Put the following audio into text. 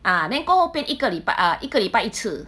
ah then 过后便一个礼拜 ah 一个礼拜一次